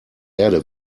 erde